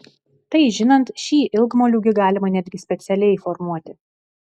tai žinant šį ilgmoliūgį galima netgi specialiai formuoti